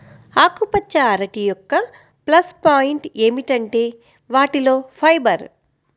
ఆకుపచ్చ అరటి యొక్క ప్లస్ పాయింట్ ఏమిటంటే వాటిలో ఫైబర్